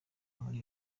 muri